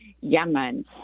Yemen